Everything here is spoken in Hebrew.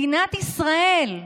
מדינת ישראל,